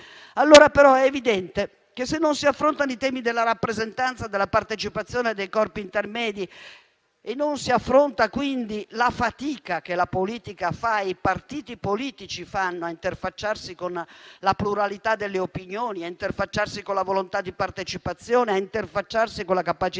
modello. Però è evidente che se non si affrontano i temi della rappresentanza e della partecipazione dei corpi intermedi e non si affronta la fatica che la politica fa e i partiti politici fanno a interfacciarsi con la pluralità delle opinioni, con la volontà di partecipazione, con la capacità di dare